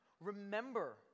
Remember